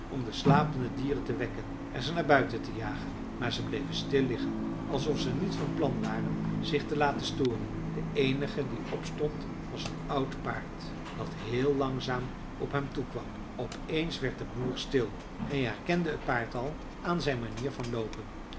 om de slapende dieren te wekken en ze naar buiten te jagen maar zij bleven stil liggen alsof ze niet van plan waren zich te laten storen de eenige die opstond was een oud paard dat heel langzaam op hem toekwam op eens werd de boer stil hij herkende het paard al aan zijn manier van loopen